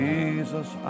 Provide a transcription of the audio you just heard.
Jesus